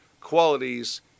qualities